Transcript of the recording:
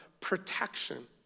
protection